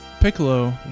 Piccolo